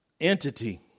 entity